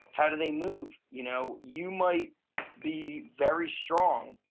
how do they move. you know you might be very strong,